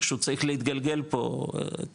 איכשהו צריך להתגלגל פה את